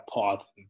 path